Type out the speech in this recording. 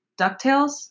DuckTales